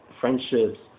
friendships